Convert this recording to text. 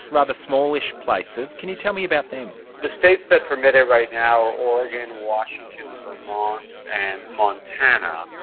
rather smallish places. can you tell me about them? the states that permit it right now are oregon, washington, vermont and montana.